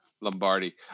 Lombardi